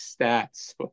stats